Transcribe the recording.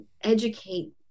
educate